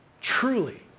truly